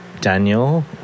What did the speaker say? Daniel